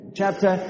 chapter